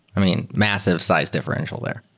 i mean, massive size differential there.